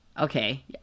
Okay